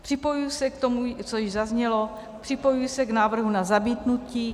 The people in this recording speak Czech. Připojuji se k tomu, co již zaznělo, připojuji se k návrhu na zamítnutí.